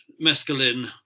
mescaline